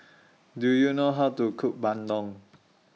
Do YOU know How to Cook Bandung